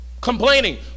Complaining